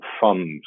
fund